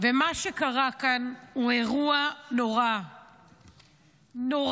מה שקרה כאן הוא אירוע נורא, נורא.